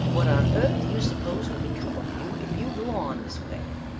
what on earth do you suppose will become of you if you go on this way?